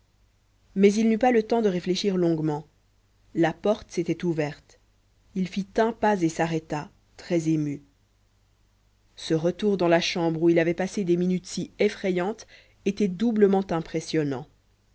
mais il n'eut pas le temps de réfléchir longuement la porte s'était ouverte il fit un pas et s'arrêta très ému ce retour dans la chambre où il avait passé des minutes si effrayantes était doublement impressionnant